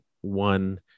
one